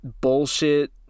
bullshit